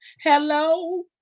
Hello